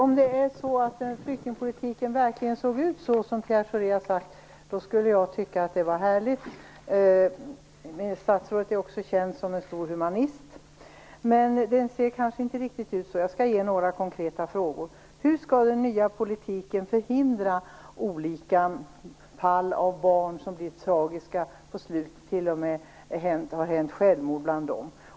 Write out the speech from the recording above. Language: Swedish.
Herr talman! Om flyktingpolitiken verkligen såg ut så som Pierre Schori säger, då skulle jag tycka att det var härligt. Statsrådet är känd som en stor humanist. Men den ser kanske inte riktigt ut så. Jag skall ställa några konkreta frågor. Hur skall den nya politiken förhindra olika tragiska fall med barn inblandade, fall där det t.o.m. till slut har skett självmord?